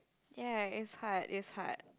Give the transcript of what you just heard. ya is hard is hard